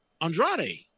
andrade